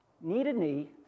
knee-to-knee